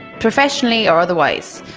professionally or otherwise,